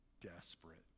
desperate